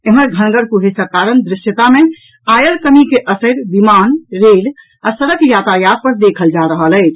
एम्हर घनगर कुहेसक कारण दृश्यता मे आयल कमी के असरि विमान रेल आ सड़क यातायात पर देखल जा रहल अछि